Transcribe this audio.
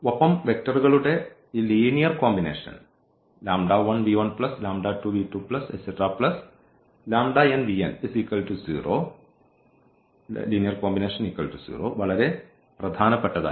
ഒപ്പം വെക്റ്ററുകളുടെ ഈ ലീനിയർ കോമ്പിനേഷൻ വളരെ പ്രധാനപ്പെട്ടതായിരുന്നു